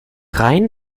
rhein